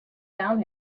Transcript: down